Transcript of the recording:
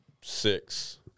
six